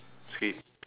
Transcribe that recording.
skip